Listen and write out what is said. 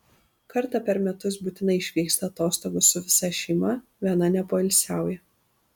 kartą per metus būtinai išvyksta atostogų su visa šeima viena nepoilsiauja